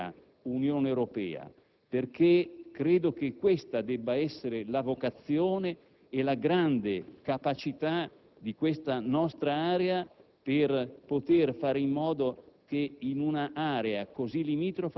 in Algeria. Da questo punto di vista, il Governo italiano, dopo aver evidenziato, come ha fatto il Governo, gli accordi di collaborazione contro il terrorismo